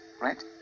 right